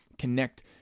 Connect